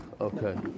Okay